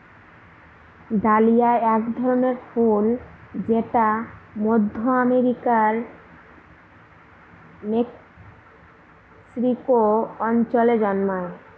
dahlia এক ধরনের ফুল যেটা মধ্য আমেরিকার মেক্সিকো অঞ্চলে জন্মায়